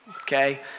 okay